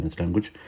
language